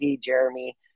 Jeremy